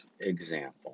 example